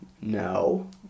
No